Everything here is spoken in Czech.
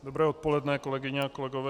Dobré odpoledne, kolegyně a kolegové.